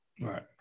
Right